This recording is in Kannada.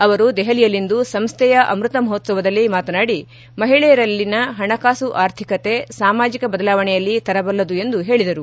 ಅವರು ದೆಹಲಿಯಲ್ಲಿಂದು ಸಂಸ್ವೆಯ ಅಮೃತ ಮಹೋತ್ಸವದಲ್ಲಿ ಮಾತನಾಡಿ ಮಹಿಳೆಯರಲ್ಲಿನ ಹಣಕಾಸು ಆರ್ಥಿಕತೆ ಸಾಮಾಜಿಕ ಬದಲಾವಣೆಯಲ್ಲಿ ತರಬಲ್ಲದು ಎಂದು ಹೇಳಿದರು